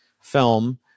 film